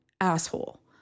asshole